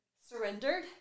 surrendered